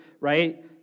right